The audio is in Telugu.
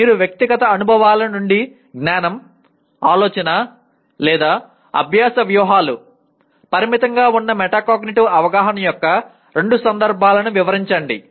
మీ వ్యక్తిగత అనుభవాల నుండి జ్ఞానం ఆలోచన లేదా అభ్యాస వ్యూహాలు పరిమితంగా ఉన్న మెటాకాగ్నిటివ్ అవగాహన యొక్క రెండు సందర్భాలను వివరించండి